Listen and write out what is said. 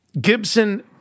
Gibson